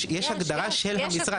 יש הגדרה של המשרד,